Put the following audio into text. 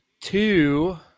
two –